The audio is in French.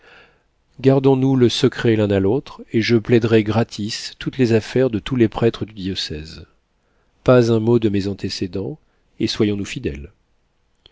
gardons-nous le secret l'un à l'autre et je plaiderai gratis toutes les affaires de tous les prêtres du diocèse pas un mot de mes antécédents et soyons-nous fidèles